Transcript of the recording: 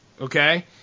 okay